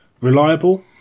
reliable